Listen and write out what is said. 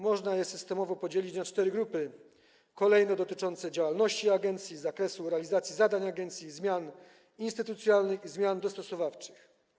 Można je systemowo podzielić na cztery kolejne grupy dotyczące działalności agencji, zakresu realizacji zadań agencji, zmian instytucjonalnych, zmian dostosowawczych.